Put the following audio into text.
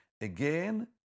Again